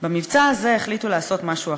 במבצע הזה החליטו לעשות משהו אחר: